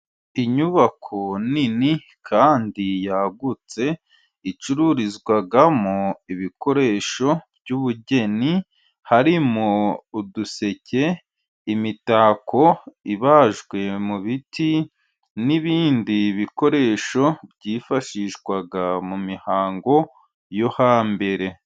Inyubako nini kandi yagutse, icururizwagamo ibikoresho by'ubugeni harimo uduseke, imitako ibajwe mu biti, n'ibindi bikoresho byifashishwaga mumihango yo hambere.